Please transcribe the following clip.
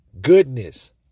goodness